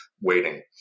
waiting